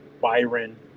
Byron